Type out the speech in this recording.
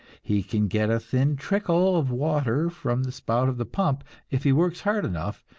he can get a thin trickle of water from the spout of the pump if he works hard enough,